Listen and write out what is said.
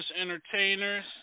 entertainers